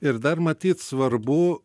ir dar matyt svarbu